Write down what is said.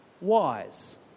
wise